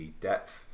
depth